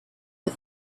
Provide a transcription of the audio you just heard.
but